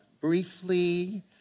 briefly